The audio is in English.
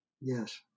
Yes